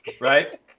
Right